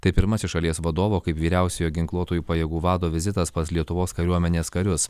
tai pirmasis šalies vadovo kaip vyriausiojo ginkluotųjų pajėgų vado vizitas pas lietuvos kariuomenės karius